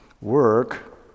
Work